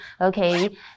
okay